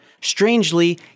Strangely